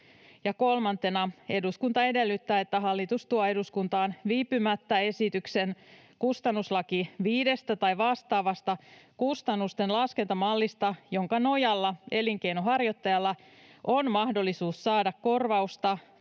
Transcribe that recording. kolmantena: ”Eduskunta edellyttää, että hallitus tuo eduskuntaan viipymättä esityksen kustannuslaki viidestä tai vastaavasta kustannusten laskentamallista, jonka nojalla elinkeinonharjoittajalla on mahdollisuus saada korvausta